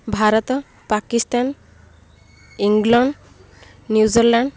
Bharat Pakistan England New Zealand